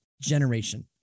generation